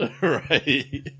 Right